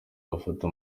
bafata